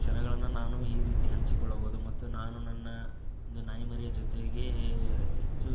ಕ್ಷಣಗಳನ್ನು ನಾನು ಈ ರೀತಿ ಹಂಚಿಕೊಳ್ಳಬೌದು ಮತ್ತು ನಾನು ನನ್ನ ಒಂದು ನಾಯಿ ಮರಿಯ ಜೊತೆಗೆ ಹೆಚ್ಚು